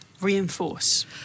reinforce